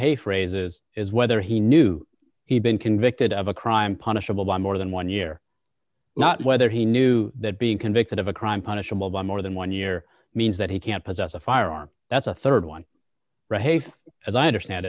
rahane phrases is whether he knew he'd been convicted of a crime punishable by more than one year not whether he knew that being convicted of a crime punishable by more than one year means that he can't possess a firearm that's a rd one as i understand